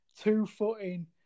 two-footing